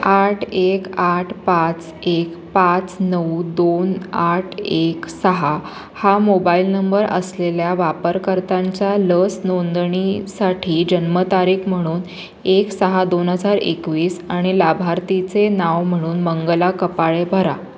आठ एक आठ पाच एक पाच नऊ दोन आठ एक सहा हा मोबाईल नंबर असलेल्या वापरकर्त्यांच्या लस नोंदणीसाठी जन्मतारीख म्हणून एक सहा दोन हजार एकवीस आणि लाभार्थीचे नाव म्हणून मंगला कपाळे भरा